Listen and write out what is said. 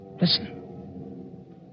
Listen